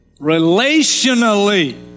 relationally